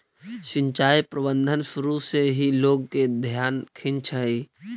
सिंचाई प्रबंधन शुरू से ही लोग के ध्यान खींचऽ हइ